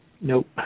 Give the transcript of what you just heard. Nope